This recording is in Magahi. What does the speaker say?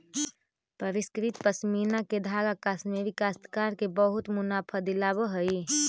परिष्कृत पशमीना के धागा कश्मीरी काश्तकार के बहुत मुनाफा दिलावऽ हई